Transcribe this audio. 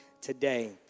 today